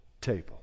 table